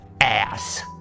ass